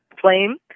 flame